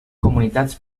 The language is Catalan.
comunitats